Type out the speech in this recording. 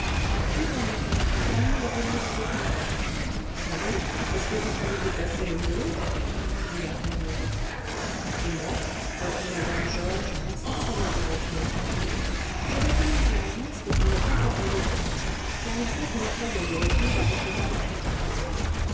oui maman marie va venir avec moi sans doute est-ce que vous pouvez vous passer l'une de l'autre dit la fermière et moi reprit mme georges en s'asseyant devant une table je vais commencer ma liste pour ne pas perdre de temps car il faut que nous soyons de retour à bouqueval à quatre heures